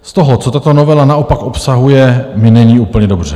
Z toho, co tato novela naopak obsahuje, mi není úplně dobře.